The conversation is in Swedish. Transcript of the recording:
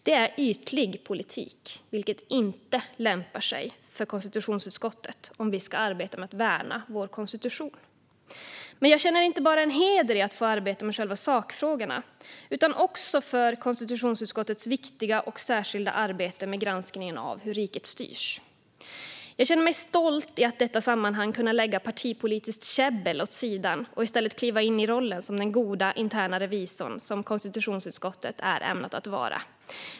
Det är ytlig politik, vilket inte lämpar sig för konstitutionsutskottet om vi ska arbeta med att värna vår konstitution. Men jag sätter inte bara en heder i att få arbeta med själva sakfrågorna utan också i att få delta i konstitutionsutskottets viktiga och särskilda arbete med granskningen av hur riket styrs. Jag känner mig stolt över att i detta sammanhang kunna lägga partipolitiskt käbbel åt sidan och i stället kliva in i rollen som den goda interna revisor som konstitutionsutskottet är ämnat att vara.